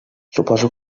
suposo